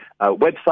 website